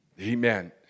Amen